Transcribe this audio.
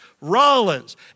Rollins